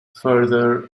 further